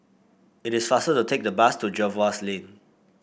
it is faster to take the bus to Jervois Lane